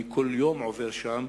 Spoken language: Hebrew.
אני כל יום עובר שם.